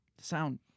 Sound